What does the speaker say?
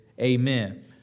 Amen